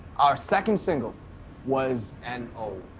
our second single was n o.